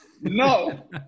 No